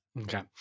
Okay